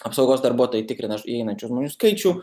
apsaugos darbuotojai tikrina įeinančių žmonių skaičių